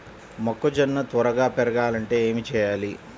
మొక్కజోన్న త్వరగా పెరగాలంటే ఏమి చెయ్యాలి?